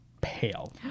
pale